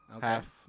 Half